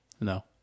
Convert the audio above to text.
No